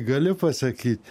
galiu pasakyt